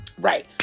right